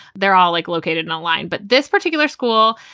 they're all like located in a line. but this particular school,